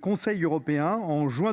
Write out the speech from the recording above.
le Conseil européen a